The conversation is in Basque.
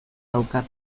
daukat